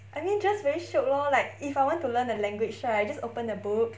I mean just very shiok lor like if I want to learn a language right I just open the book